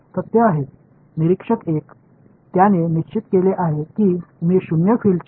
பார்வையாளர் 1 நான் பூஜ்ஜிய புலத்தைப் புகாரளிக்கப் போகிறேன் என்று முடிவு செய்துவிட்டார்